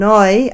Noi